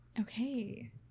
Okay